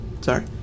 sorry